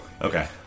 Okay